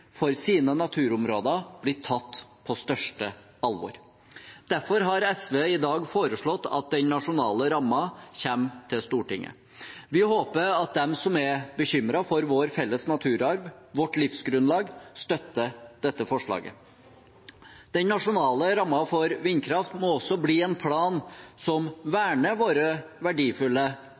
for sine naturområder blir tatt på største alvor. Derfor har SV i dag foreslått at den nasjonale rammen kommer til Stortinget. Vi håper at de som er bekymret for vår felles naturarv, vårt livsgrunnlag, støtter dette forslaget. Den nasjonale rammen for vindkraft må også bli en plan som verner våre verdifulle